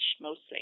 mostly